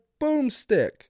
Boomstick